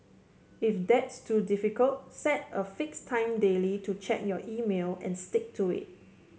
if that's too difficult set a fixed time daily to check your email and stick to it